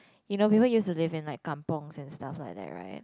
you know people used to live in like kampongs and stuff like that right